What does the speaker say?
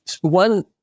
one